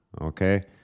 okay